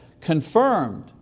confirmed